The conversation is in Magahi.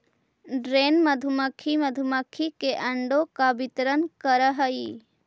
ड्रोन मधुमक्खी मधुमक्खी के अंडों का वितरण करअ हई